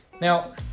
Now